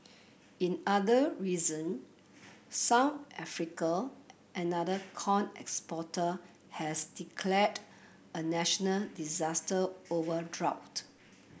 in other reason South Africa another corn exporter has declared a national disaster over drought